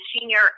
Senior